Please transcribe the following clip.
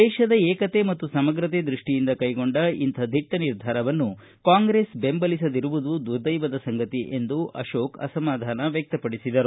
ದೇಶದ ಏಕತೆ ಮತ್ತು ಸಮಗ್ರತೆ ದೃಷ್ಟಿಯಿಂದ ಕೈಗೊಂಡ ಇಂಥ ದಿಟ್ಟ ನಿರ್ಧಾರವನ್ನು ಕಾಂಗ್ರೆಸ್ ಬೆಂಬಲಿಸದಿರುವುದು ದುರ್ದೈವದ ಸಂಗತಿ ಎಂದು ಅಸಮಾಧಾನ ವ್ಯಕ್ತಪಡಿಸಿದರು